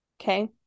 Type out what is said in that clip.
okay